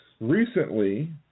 recently